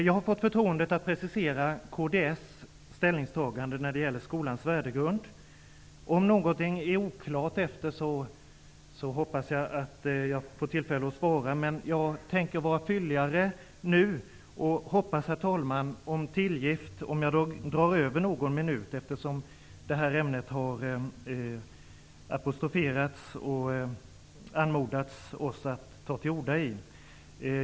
Jag har fått förtroendet att precisera kds ställningstagande när det gäller skolans värdegrund. Om något är oklart efter det hoppas jag att jag får tillfälle att svara. Jag tänker vara utförlig nu och hoppas, herr talman, på tillgift om jag drar över någon minut. Ämnet har apostroferats, och vi i kds har anmodats att ta till orda.